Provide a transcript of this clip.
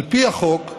על פי החוק,